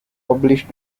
published